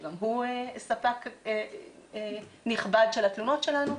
שגם הוא ספק נכבד של התלונות שלנו,